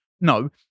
no